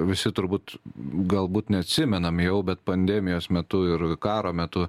visi turbūt galbūt neatsimenam jau bet pandemijos metu ir karo metu